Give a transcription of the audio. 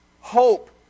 Hope